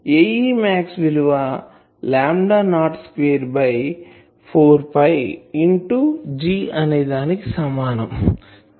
నిజానికి Ae max విలువ lambda naught square by 4 pi into G అనేదానికి సమానం